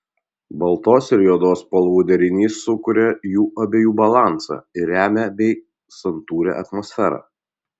baltos ir juodos spalvų derinys sukuria jų abiejų balansą ir ramią bei santūrią atmosferą